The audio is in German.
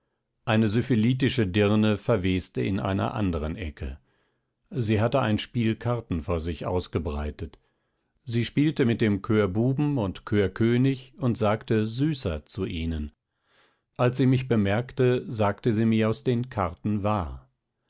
eine syphilitische dirne verweste in einer anderen ecke sie hatte ein spiel karten vor sich ausgebreitet sie spielte mit dem coeurbuben und coeurkönig und sagte süßer zu ihnen als sie mich bemerkte sagte sie mir aus den karten wahr